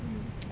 mm